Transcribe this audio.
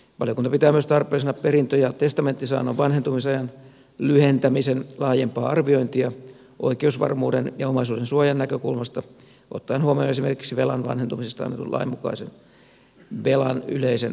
valiokunta pitää myös tarpeellisena perintö ja testamenttisaannon vanhentumisajan lyhentämisen laajempaa arviointia oikeusvarmuuden ja omaisuudensuojan näkökulmasta ottaen huomioon esimerkiksi velan vanhentumisesta annetun lain mukainen velan yleinen vanhentumisaika